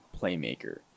playmaker